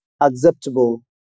acceptable